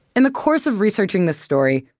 in the course of researching this story,